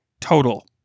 total